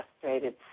frustrated